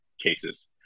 cases